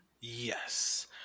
Yes